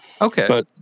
Okay